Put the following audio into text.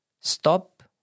stop